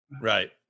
right